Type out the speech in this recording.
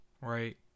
Right